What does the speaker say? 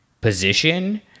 position